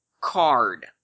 card